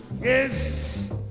Yes